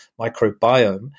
microbiome